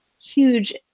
huge